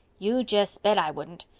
you just bet i wouldn't!